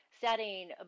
setting